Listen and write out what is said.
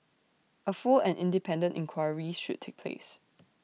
A full and independent inquiry should take place